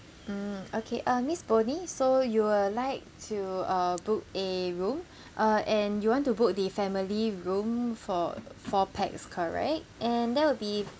mm okay uh miss bonnie so you would like to uh book a room uh and you want to book the family room for four pax correct and that will be